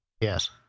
Yes